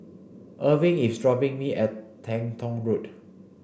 Erving is dropping me at Teng Tong Road